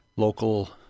Local